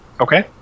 Okay